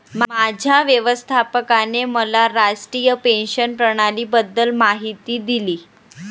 माझ्या व्यवस्थापकाने मला राष्ट्रीय पेन्शन प्रणालीबद्दल माहिती दिली